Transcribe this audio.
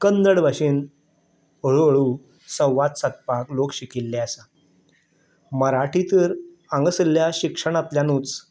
कन्नड भाशेंत हळू हळू संवाद सादपाक लोक शिकिल्ले आसा मराठी तर हांगासल्ल्या शिक्षणांतल्यानूच